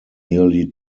nearly